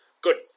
Good